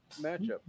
matchup